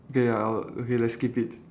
okay I'll okay let's skip it